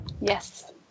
yes